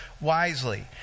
wisely